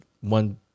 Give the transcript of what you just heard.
one